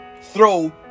throw